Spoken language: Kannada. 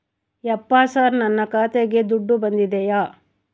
ಯಪ್ಪ ಸರ್ ನನ್ನ ಖಾತೆಗೆ ದುಡ್ಡು ಬಂದಿದೆಯ?